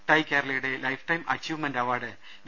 ടൈകേരളയുടെ lifetime achievement award V